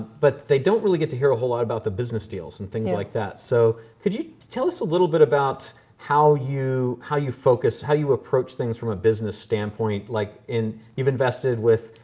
but they don't really get to hear a whole lot about the business deals and things like that. so could you tell us a little bit about how you, you, how you focus, how you approach things from a business standpoint, like in you've invested with,